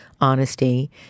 honesty